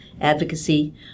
advocacy